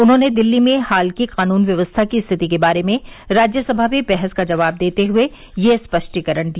उन्होंने दिल्ली में हाल की कानून व्यवस्था की स्थिति के बारे में राज्यसभा में बहस का जवाब देते हए यह स्पष्टीकरण दिया